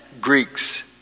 Greeks